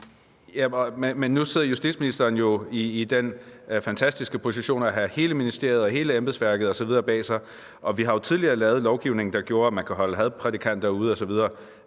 Men nu sidder justitsministeren jo i den fantastiske position at have hele ministeriet og hele embedsværket osv. bag sig, og vi har jo tidligere lavet lovgivning, der gjorde, at man kunne holde hadprædikanter osv.